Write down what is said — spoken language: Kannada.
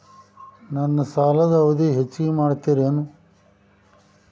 ನನ್ನ ಸಾಲದ ಅವಧಿ ಹೆಚ್ಚಿಗೆ ಮಾಡ್ತಿರೇನು?